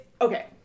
okay